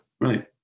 Right